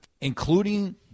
including